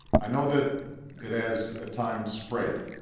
i know that it has, at times, frayed.